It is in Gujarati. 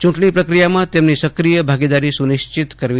ચુંટણી પ્રક્રિયામાં તેમની સક્રિય ભાગીદારી સુનિશ્ચિત કરાવી જોઈએ